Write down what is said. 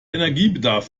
energiebedarf